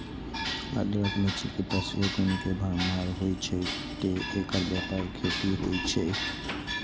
अदरक मे चिकित्सीय गुण के भरमार होइ छै, तें एकर व्यापक खेती होइ छै